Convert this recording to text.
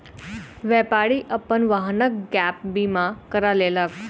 व्यापारी अपन वाहनक गैप बीमा करा लेलक